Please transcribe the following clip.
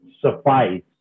suffice